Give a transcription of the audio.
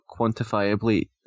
quantifiably